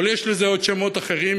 אבל יש לזה שמות אחרים,